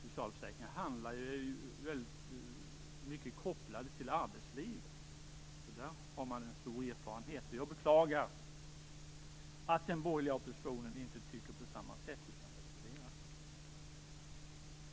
Socialförsäkringen är ju till stor del kopplad till arbetslivet. Där har man en stor erfarenhet. Jag beklagar att den borgerliga oppositionen inte tycker på samma sätt utan reserverar sig.